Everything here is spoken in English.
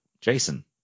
Jason